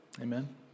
amen